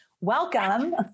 Welcome